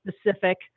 specific